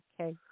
Okay